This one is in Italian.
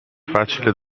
facile